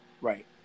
Right